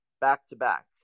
back-to-back